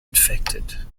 infected